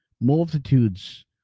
multitudes